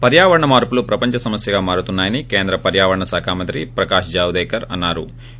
పర్యావరణ మార్సులు ప్రపంచ సమస్వగా మారుతున్నా యని కేంద్ర పర్యావరణ శాఖ మంత్రి ప్రకాష్ జవదేకర్ అన్నా రు